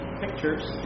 pictures